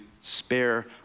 spare